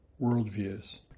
worldviews